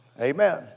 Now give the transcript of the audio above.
Amen